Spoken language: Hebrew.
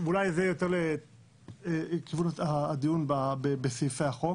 אולי זה לכיוון הדיון בסעיפי החוק